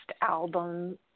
album